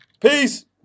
Peace